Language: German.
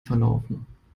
verlaufen